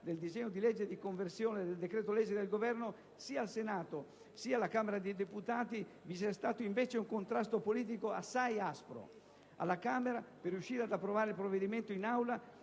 del disegno di legge di conversione del decreto-legge del Governo, sia al Senato sia alla Camera dei deputati, vi sia stato invece un contrasto politico assai aspro. Alla Camera, per riuscire ad approvare il provvedimento in Aula